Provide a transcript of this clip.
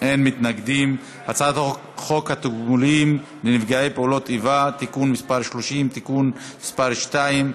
את הצעת חוק התגמולים לנפגעי פעולות איבה (תיקון מס' 30) (תיקון מס' 2),